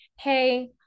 hey